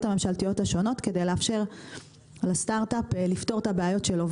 הממשלתיות השונות כדי לאפשר לסטארט-אפ לפתור את הבעיות שלו.